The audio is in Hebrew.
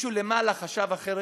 מישהו למעלה חשב אחרת.